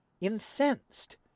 incensed